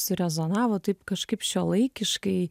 surezonavo taip kažkaip šiuolaikiškai